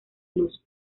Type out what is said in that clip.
luz